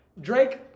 Drake